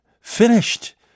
finished